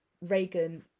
Reagan